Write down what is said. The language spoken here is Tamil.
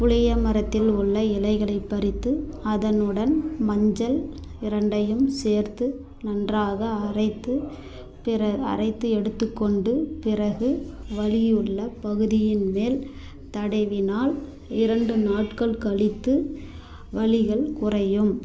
புளிய மரத்தில் உள்ள இலைகளை பறித்து அதனுடன் மஞ்சள் இரண்டையும் சேர்த்து நன்றாக அரைத்து பிற அரைத்து எடுத்துக் கொண்டு பிறகு வலியுள்ள பகுதியின் மேல் தடவினால் இரண்டு நாட்கள் கழித்து வலிகள் குறையும்